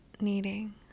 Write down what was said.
needing